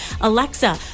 alexa